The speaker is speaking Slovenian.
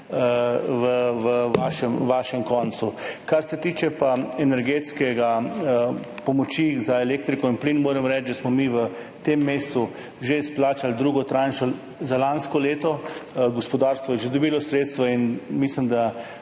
na vašem koncu. Kar se tiče pa energetske pomoči za elektriko in plin, moram reči, da smo mi v tem mesecu že izplačali drugo tranšo za lansko leto, gospodarstvo je že dobilo sredstva. Mislim, da